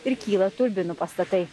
ir kyla turbinų pastatai